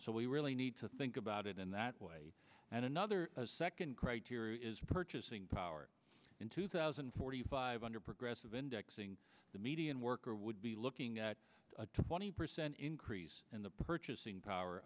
so we really need to think about it in that way and another second criteria is purchasing power in two thousand and forty five under progressive indexing the median worker would be looking at a twenty percent increase in the purchasing power